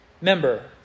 member